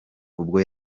ubwo